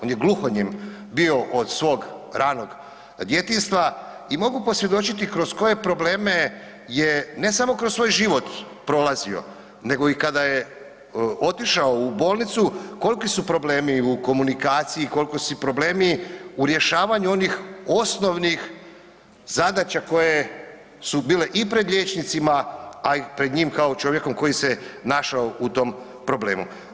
On je gluhonijem bio od svog ranog djetinjstva i mogu posvjedočiti kroz koje probleme je, ne samo kroz svoj život, prolazio nego i kada je otišao u bolnicu, koliki su problemi u komunikaciji, koliki su problemi u rješavanju onih osnovnih zadaća koje su bile i pred liječnicima, a i pred njim kao čovjekom koji se je našao u tom problemu.